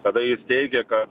kada jis teigė kad